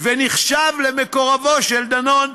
ונחשב למקורבו של דנון.